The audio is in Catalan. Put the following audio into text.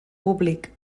públic